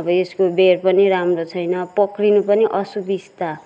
अब यसको बेँड पनि राम्रो छैन पक्रिनु पनि असुविस्ता